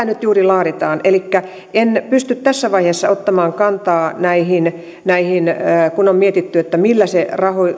nyt juuri laaditaan elikkä en pysty tässä vaiheessa ottamaan kantaa näihin näihin kun on mietitty millä se